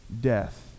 death